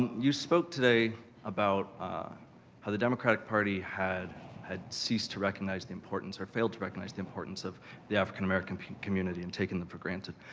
you spoke today about how the democratic party had had ceased to recognize the importance, or failed to recognize the importance, of the african american community, and taken them for granted.